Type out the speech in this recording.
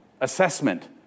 assessment